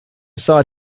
thought